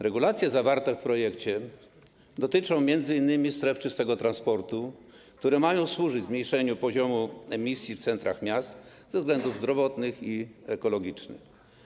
Regulacje zawarte w projekcie dotyczą m.in. stref czystego transportu, które mają służyć zmniejszeniu poziomu emisji w centrach miast ze względów zdrowotnych i ekologicznych.